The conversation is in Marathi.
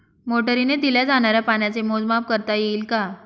मोटरीने दिल्या जाणाऱ्या पाण्याचे मोजमाप करता येईल का?